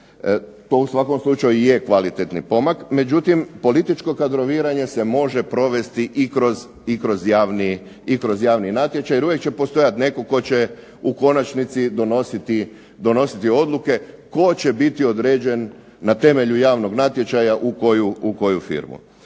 To u svakom slučaju je kvalitetan pomak. Međutim, političko kadroviranje se može provesti i kroz javni natječaj, jer uvijek će postojati netko tko će u konačnici donositi odluke, tko će biti određen na temelju javnog natječaja u koju firmu.